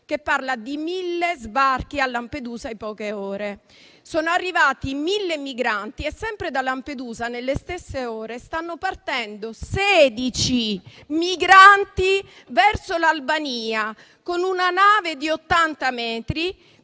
che parla di 1.000 sbarchi a Lampedusa in poche ore. Sono arrivati 1.000 migranti e sempre da Lampedusa, nelle stesse ore, stanno partendo 16 migranti verso l'Albania, con una nave di 80 metri,